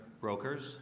brokers